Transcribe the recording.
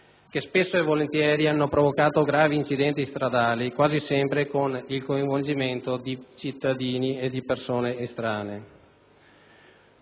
che spesso e volentieri hanno provocato gravi incidenti stradali quasi sempre con il coinvolgimento di cittadini e persone estranee.